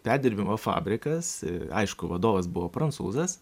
perdirbimo fabrikas aišku vadovas buvo prancūzas